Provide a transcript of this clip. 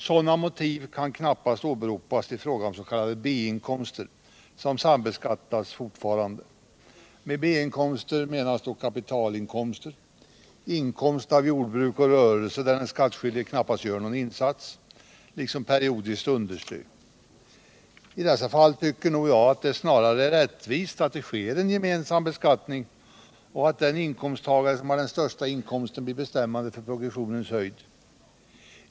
Sådana motiv kan knappast åberopas i fråga om s.k. B-inkomster, som fortfarande sambeskattas. Med B-inkomster menas då kapitalinkomster, inkomst av jordbruk och rörelse där den skattskyldige knappast gör någon insats, liksom periodiskt understöd. I dessa fall tycker nog jag att det snarare är rättvist att det sker en gemensam beskattning, så att den inkomsttagare som har den största inkomsten blir bestämmande för progressionens höjd.